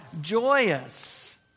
joyous